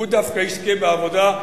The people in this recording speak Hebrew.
הוא דווקא יזכה בעבודה?